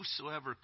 whosoever